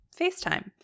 FaceTime